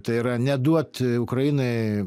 tai yra neduot ukrainai